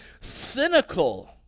cynical